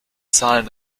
zahlen